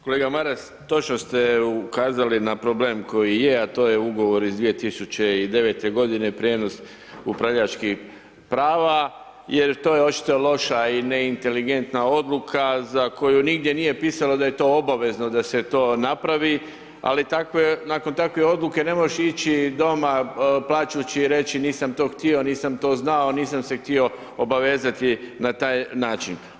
Kolega Maras, točno ste ukazali na problem, koji je, a to je ugovor iz 2009. g. prijenos upravljački prava, jer to je očito loša i neinteligentna odluka, za koju nigdje nije pisalo da je to obavezno da se to napravi, ali nakon takve odluke ne možeš ići doma, plačući i reći nisam to htio, nisam to znao, nisam se htio obavezati na taj način.